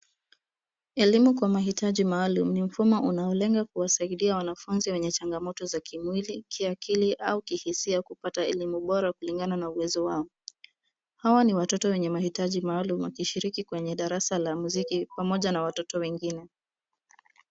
Elimu kwa mahitaji maalum ni mfumo unaolenga kuwasaidia wanafunzi wenye changamoto za kimwili, kiakili au kihisia kupata elimu bora kulingana na uwezo wao. Hawa ni watoto wenye mahitaji maalum wakishiriki kwenye darasa la muziki pamoja na watoto wengine.